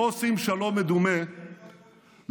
לפי ההיגיון שלך,